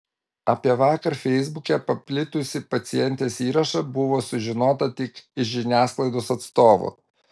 apie vakar feisbuke paplitusį pacientės įrašą buvo sužinota tik iš žiniasklaidos atstovų